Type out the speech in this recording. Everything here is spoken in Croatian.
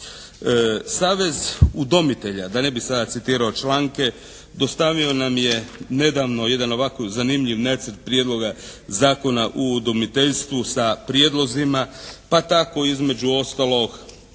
Savez udomitelja, da ne bi sada citirao članke, dostavio nam je nedavno jedan ovako zanimljiv Nacrt prijedloga Zakona o udomiteljstvu sa prijedlozima, pa tako između ostalog